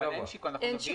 יהיה